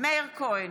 מאיר כהן,